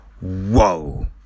whoa